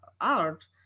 art